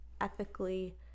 ethically